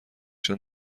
چون